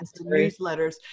newsletters